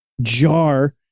jar